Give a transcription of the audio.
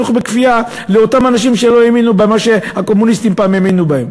חינוך בכפייה לאותם אנשים שלא האמינו במה שהקומוניסטים פעם האמינו בו.